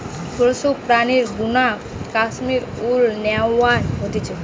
পশুর প্রাণীর গা নু কাশ্মীর উল ন্যাওয়া হতিছে